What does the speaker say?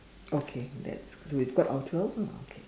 okay that's cause we've got our twelve lah okay